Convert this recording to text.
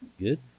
Good